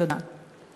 תודה.